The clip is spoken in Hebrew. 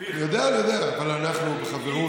אני יודע, אבל אנחנו בחברות,